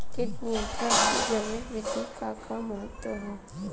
कीट नियंत्रण क जैविक विधि क का महत्व ह?